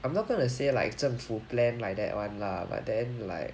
I'm not gonna say like 政府 plan like that [one] lah but then like